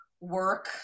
work